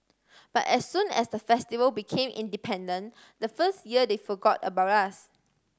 but as soon as the Festival became independent the first year they forgot about us